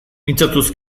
mintzatuz